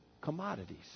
commodities